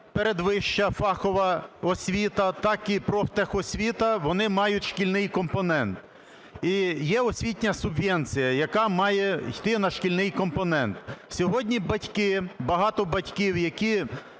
передвища фахова освіта, так і профтехосвіта, вони мають шкільний компонент. І є освітня субвенція, яка має йти на шкільний компонент. Сьогодні батьки, багато батьків, які